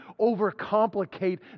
overcomplicate